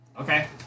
Okay